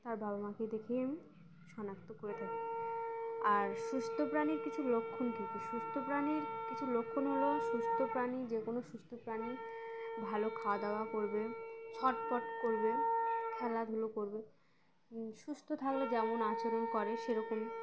তার বাবা মাকে দেখেই আমি শনাক্ত করে থাকি আর সুস্থ প্রাণীর কিছু লক্ষণ কী কী সুস্থ প্র্রাণীর কিছু লক্ষণ হল সুস্থ প্র্রাণী যে কোনো সুস্থ প্র্রাণী ভালো খাওয়া দাওয়া করবে ছটপট করবে খেলাধুলো করবে সুস্থ থাকলে যেমন আচরণ করে সেরকম